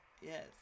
Yes